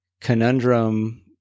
conundrum